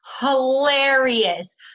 hilarious